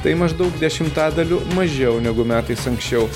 tai maždaug dešimtadaliu mažiau negu metais anksčiau